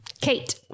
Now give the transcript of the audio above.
Kate